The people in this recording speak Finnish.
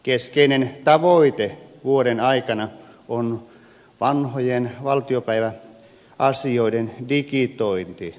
keskeinen tavoite vuoden aikana on vanhojen valtiopäiväasioiden digitointi